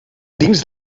dins